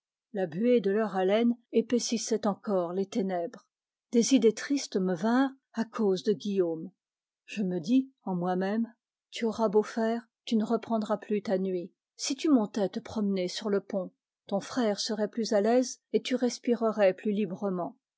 la buée de leur haleine épaississait encore les ténèbres des idées tristes me vinrent à cause de guillaume je me dis en moi-même tu auras beau faire tu ne reprendras plus ta nuit si tu montais te promener sur le pont ton frère serait plus à l'aise et tu respirerais plus librement